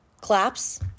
Claps